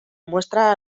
muestra